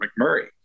McMurray